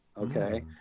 okay